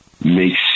makes –